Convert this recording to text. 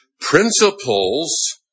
principles